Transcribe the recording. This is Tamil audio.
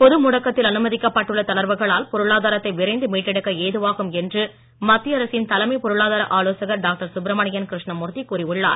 பொது முடக்கத்தில் அனுமதிக்கப்பட்டுள்ள தளர்வுகளால் பொருளாதாரத்தை விரைந்து மீட்டெடுக்க ஏதுவாகும் என்று மத்திய அரசின் தலைமைப் பொருளாதார ஆலோசகர் டாக்டர் சுப்ரமணியன் கிருஷ்ணமூர்த்தி கூறியுள்ளார்